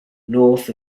north